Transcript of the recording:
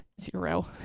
Zero